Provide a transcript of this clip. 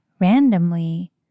randomly